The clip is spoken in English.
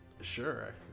Sure